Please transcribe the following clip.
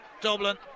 Dublin